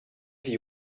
vit